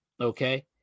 Okay